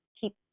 keep